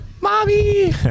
mommy